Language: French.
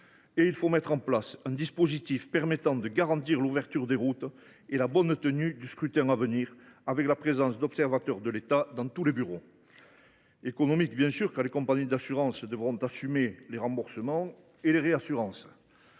et il faut mettre en place un dispositif garantissant l’ouverture des routes et la bonne tenue du scrutin à venir, en prévoyant la présence d’observateurs de l’État dans tous les bureaux. Deuxièmement, les compagnies d’assurances devront assumer les remboursements et les réassurances.